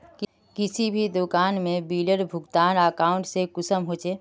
किसी भी दुकान में बिलेर भुगतान अकाउंट से कुंसम होचे?